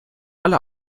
alle